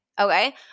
okay